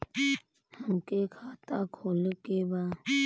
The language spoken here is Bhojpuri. हमके खाता खोले के बा?